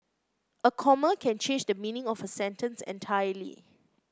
a comma can change the meaning of a sentence entirely